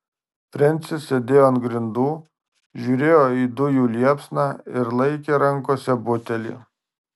frensis sėdėjo ant grindų žiūrėjo į dujų liepsną ir laikė rankose butelį